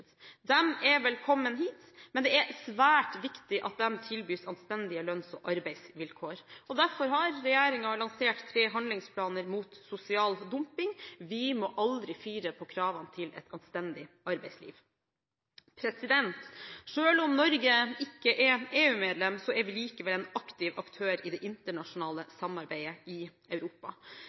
er velkommen hit, men det er svært viktig at de tilbys anstendige lønns- og arbeidsvilkår. Derfor har regjeringen lansert tre handlingsplaner mot sosial dumping. Vi må aldri fire på kravene til et anstendig arbeidsliv. Selv om Norge ikke er EU-medlem, er vi likevel en aktiv aktør i det internasjonale samarbeidet i Europa.